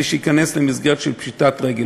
ושייכנס למסגרת של פשיטת רגל.